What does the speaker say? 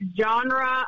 genre